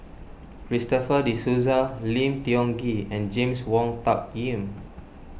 Christopher De Souza Lim Tiong Ghee and James Wong Tuck Yim